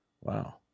Wow